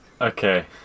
Okay